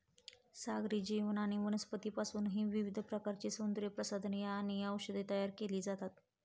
सागरी जीव आणि वनस्पतींपासूनही विविध प्रकारची सौंदर्यप्रसाधने आणि औषधे तयार केली जातात